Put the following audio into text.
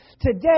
Today